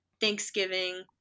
thanksgiving